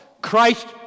Christ